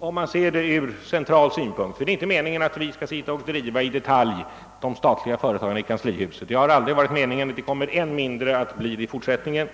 Att vi centralt i kanslihuset i detalj skall driva de statliga företagen har aldrig varit meningen och kommer än mindre att bli det i fortsättningen.